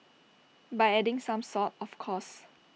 by adding some salt of course